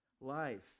life